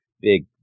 big